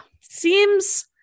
Seems